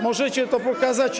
Możecie im to pokazać.